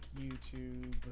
YouTube